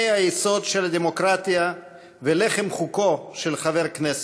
היסוד של הדמוקרטיה ולחם חוקו של חבר הכנסת,